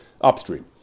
upstream